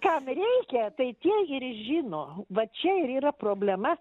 kam reikia tai tie ir žino va čia ir yra problema